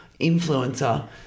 influencer